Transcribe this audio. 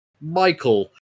Michael